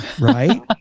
Right